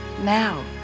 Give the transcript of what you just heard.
now